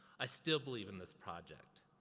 i still believe in this project.